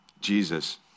Jesus